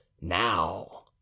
now